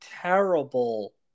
terrible –